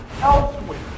elsewhere